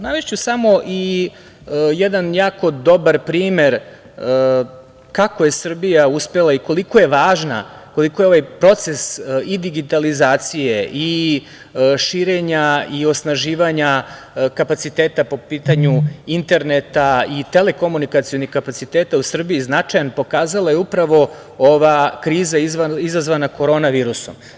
Navešću samo jedan jako dobar primer kako je Srbija uspela i koliko je važna, koliko je ovaj proces i digitalizacije, i širenja i osnaživanja kapaciteta po pitanju interneta i telekomunikacionih kapaciteta u Srbiji značajan pokazala je upravo ova kriza izazvana korona virusom.